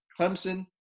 Clemson